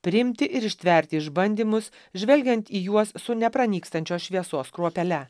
priimti ir ištverti išbandymus žvelgiant į juos su nepranykstančios šviesos kruopele